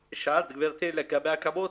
גברתי, שאלת לגבי הכמות.